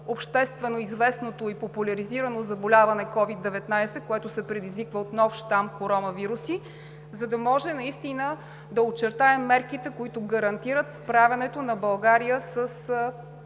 обществено известното и популяризирано заболяване COVID-19, което се предизвиква от нов щам коронавируси, за да може да очертаем мерките, които гарантират справянето на България с